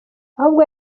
ahubwo